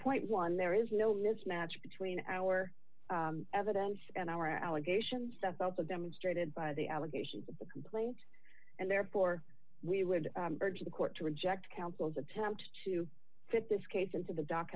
point one there is no mismatch between our evidence and our allegations that both of demonstrated by the allegations of the complaint and therefore we would urge the court to reject counsel's attempt to fit this case into the dock